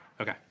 okay